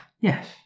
Yes